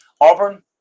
Auburn